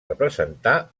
representar